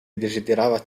desiderava